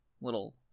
little